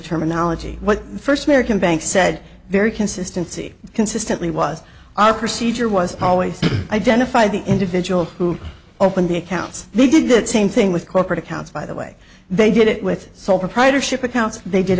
terminology what the first american banks said very consistency consistently was our procedure was always identify the individual who opened the accounts they did the same thing with corporate accounts by the way they did it with sole proprietorship accounts they